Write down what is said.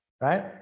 right